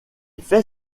fait